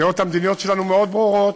הדעות המדיניות שלנו מאוד ברורות,